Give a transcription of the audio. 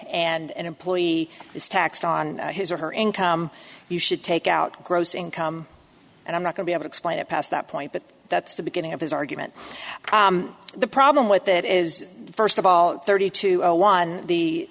and an employee is taxed on his or her income you should take out gross income and i'm not going to have to explain it past that point but that's the beginning of his argument the problem with that is first of all thirty two a one the